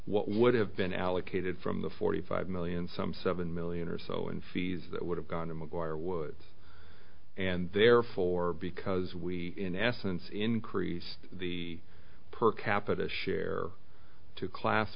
what would have been allocated from the forty five million some seven million or so in fees that would have gone to mcguire woods and therefore because we in essence increase the per capita share to class